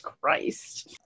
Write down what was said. Christ